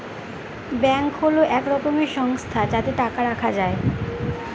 bank হল এক রকমের সংস্থা যাতে টাকা রাখা যায়